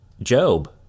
Job